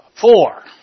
four